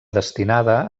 destinada